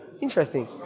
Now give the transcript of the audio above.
Interesting